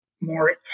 more